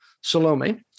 Salome